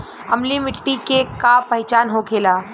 अम्लीय मिट्टी के का पहचान होखेला?